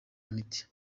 imiti